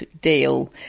deal